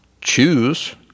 choose